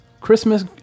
Christmas